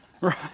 Right